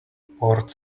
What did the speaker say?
port